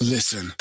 Listen